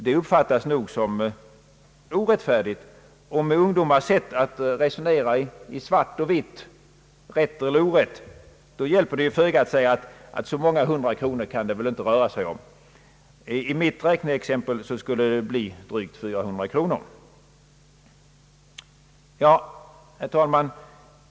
Det uppfattas nog som orättfärdigt, och med ungdomars sätt att resonera i svart och vitt, rätt och orätt, så hjälper det ju föga att säga att så många hundra kronor kan det väl inte röra sig om. Det blir drygt 400 kronor i mitt räkneexempel.